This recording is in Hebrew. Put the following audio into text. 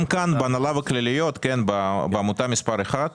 שים לב, גם כאן, בעמותה מס' 1,